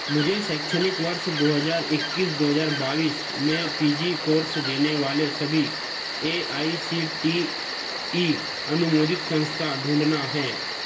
मुझे शैक्षणिक वर्ष दो हज़ार इक्कीस दो हज़ार बाईस में पी जी कोर्स देने वाले सभी A I C T E अनुमोदित संस्थान ढूँढना है